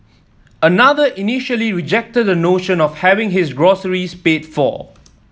another initially rejected the notion of having his groceries paid for